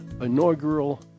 inaugural